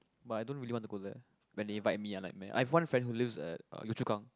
but I don't really want to go there when they invite me lah like meh I have one friend who lives at uh Yio-Chu-Kang